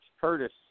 Curtis